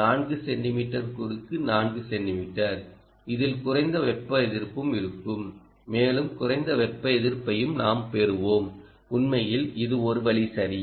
4 centimetre குறுக்கு 4 centimetre இதில் குறைந்த வெப்ப எதிர்ப்பும் இருக்கும் மேலும் குறைந்த வெப்ப எதிர்ப்பையும் நாம் பெறுவோம் உண்மையில் இது ஒரு வலி சரியா